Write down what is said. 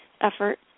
effort